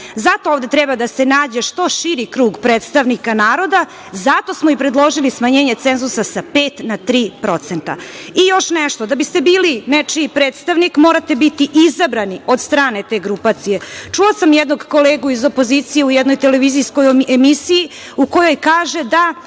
Zato ovde treba da se nađe što širi krug predstavnika naroda. Zato smo i predložili smanjenje cenzusa sa pet na tri procenta. Još nešto, da bi ste bili nečiji predstavnik, morate biti izabrani od strane te grupacije. Čula sam jednog kolegu iz opozicije u jednoj televizijskoj emisiji u kojoj kaže da